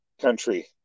country